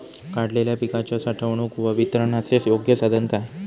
काढलेल्या पिकाच्या साठवणूक व वितरणाचे योग्य साधन काय?